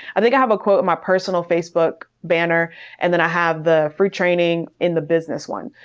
i think i have a quote in my personal facebook banner and then i have the free training in the business one.